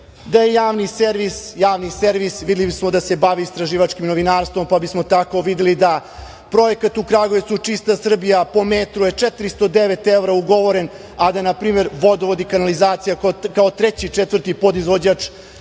servis Javni servis videli bismo da se bavi istraživačkim novinarstvom pa bismo tako videli da projekat u Kragujevcu "Čista Srbija" po metru je 409 evra ugovoren, a da na primer "Vodovod" i "Kanalizacija" kao treći i četvrti podizvođač